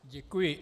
Děkuji.